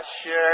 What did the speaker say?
share